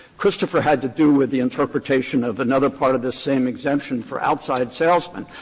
christopher had to do with the interpretation of another part of this same exemption for outside salesmen.